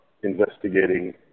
Investigating